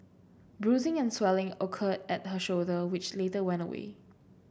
bruising and swelling occurred at her shoulder which later went away